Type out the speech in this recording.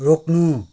रोक्नु